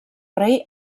rei